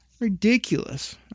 Ridiculous